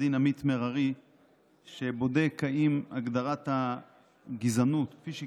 עו"ד עמית מררי שבודק אם הגדרת הגזענות כפי שהיא